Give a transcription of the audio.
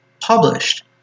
published